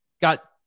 Got